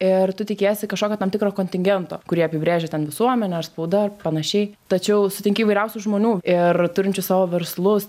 ir tu tikiesi kažkokio tam tikro kontingento kurį apibrėžia ten visuomenė ar spauda ar panašiai tačiau sutinki įvairiausių žmonių ir turinčių savo verslus